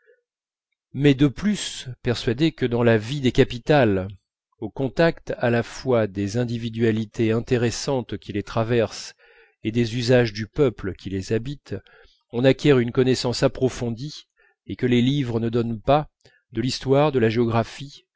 mais de plus persuadé que dans la vie des capitales au contact à la fois des individualités intéressantes qui les traversent et des usages du peuple qui les habite on acquiert une connaissance approfondie et que les livres ne donnent pas de l'histoire de la géographie